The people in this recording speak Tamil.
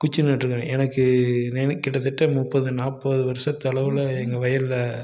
குச்சி நட்டுயிருக்கோம் எனக்கு நினைவு கிட்ட தட்ட முப்பது நாற்பது வருஷத்தளவில் எங்கள் வயலில்